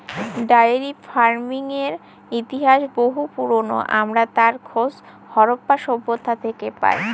diary ফার্মিংয়ের ইতিহাস বহু পুরোনো, আমরা তার খোঁজ হরপ্পা সভ্যতা থেকে পাই